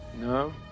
No